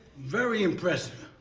very impressive.